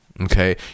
Okay